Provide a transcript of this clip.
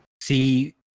see